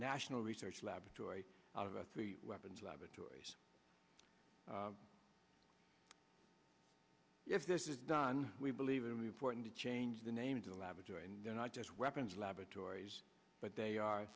national research laboratory out about the weapons laboratories if this is done we believe in reporting to change the name to the laboratory and not just weapons laboratories but they are